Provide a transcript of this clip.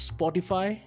Spotify